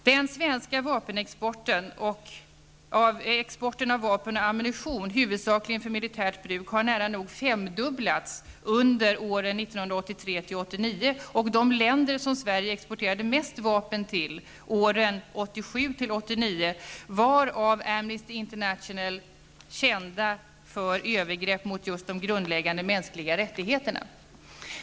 Den svenska exporten av vapen och ammunition, huvusakligen för militärt bruk, har nära nog femdubblats under åren 1983--1989. Och de länder som Sverige exporterade mest vapen till under åren 1987--1989 var av Amnesty International kända för övergrepp mot just de grundläggande mänskliga rättigheterna.